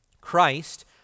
christ